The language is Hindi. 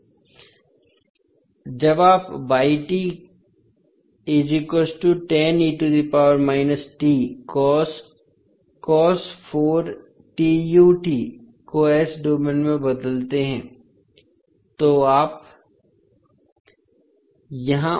जब आप को s डोमेन में बदलते हैं तो आप यहाँ ω4